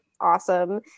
awesome